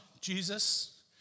Jesus